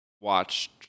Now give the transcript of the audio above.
watched